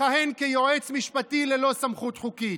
מכהן כיועץ משפטי ללא סמכות חוקית.